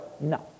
no